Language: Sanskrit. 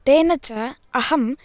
तेन च अहं